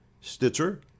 Stitcher